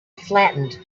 flattened